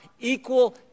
equal